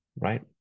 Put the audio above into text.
right